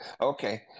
Okay